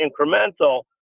incremental